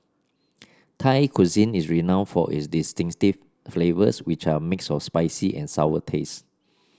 Thai cuisine is renowned for its distinctive flavors which are a mix of spicy and sour taste